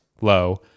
low